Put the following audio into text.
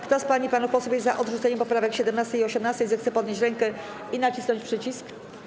Kto z pań i panów posłów jest za odrzuceniem poprawek 17. i 18., zechce podnieść rękę i nacisnąć przycisk.